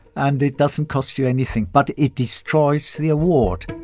and it doesn't cost you anything, but it destroys the award